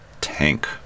tank